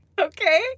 Okay